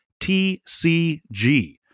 TCG